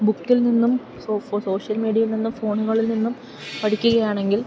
ബുക്കിൽ നിന്നും സോഷ്യൽ മീഡിയില് നിന്നും ഫോണുകളിൽ നിന്നും പഠിക്കുകയാണെങ്കിൽ